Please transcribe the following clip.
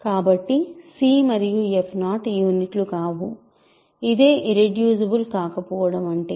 కాబట్టి c మరియు f0 యూనిట్లు కావు ఇదే ఇర్రెడ్యూసిబుల్ కాకపోవటం అంటే